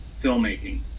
filmmaking